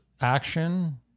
action